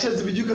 -- על עמק חפר.